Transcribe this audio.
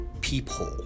peephole